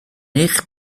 eich